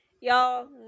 Y'all